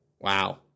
Wow